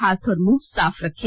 हाथ और मुंह साफ रखे